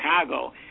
Chicago